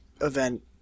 event